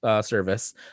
service